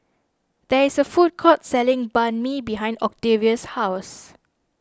there is a food court selling Banh Mi behind Octavius' house